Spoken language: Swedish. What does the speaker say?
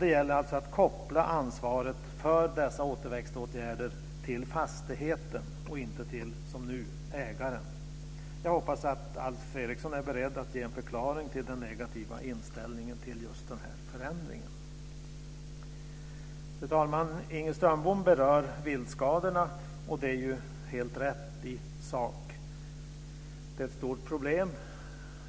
Det gäller alltså att koppla ansvaret för dessa återväxtåtgärder till fastigheten och inte till, som nu, ägaren. Jag hoppas att Alf Eriksson är beredd att ge en förklaring till den negativa inställningen till just den här förändringen. Fru talman! Inger Strömbom berörde viltskadorna, och det är helt rätt i sak att de är ett stort problem.